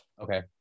Okay